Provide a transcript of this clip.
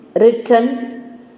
written